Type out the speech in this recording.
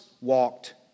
walked